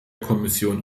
kommission